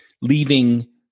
leaving